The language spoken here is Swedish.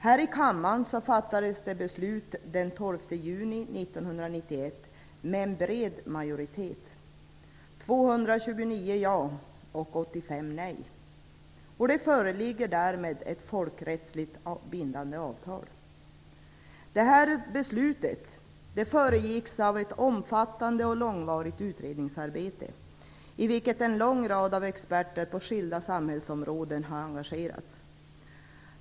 Här i kammaren fattades det beslut den 12 juni 1991 med en bred majoritet, 229 ja och 85 nej, och det föreligger därmed ett folkrättsligt bindande avtal. Beslutet föregicks av ett omfattande och långvarigt utredningsarbete i vilket en lång rad av experter på skilda samhällsområden har engagerats.